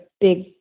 big